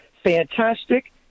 Fantastic